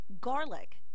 garlic